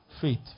Faith